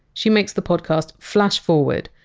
she makes the podcast flash forward,